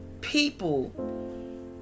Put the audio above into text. people